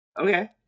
Okay